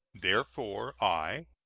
therefore, i,